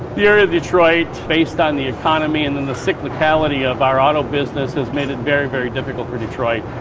the area of detroit, based on the economy and and the cyclicality of our auto business has made it very, very difficult for detroit.